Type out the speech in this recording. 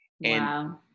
Wow